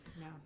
no